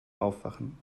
aufwachen